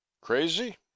Crazy